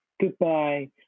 goodbye